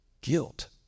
guilt